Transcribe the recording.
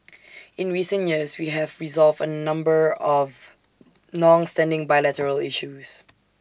in recent years we have resolved A number of longstanding bilateral issues